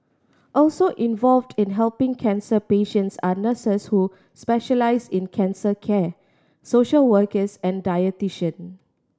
also involved in helping cancer patients are nurses who specialise in cancer care social workers and dietitian